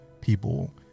people